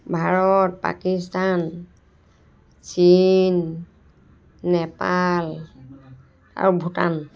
ভাৰত পাকিস্তান চীন নেপাল আৰু ভূটান